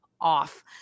off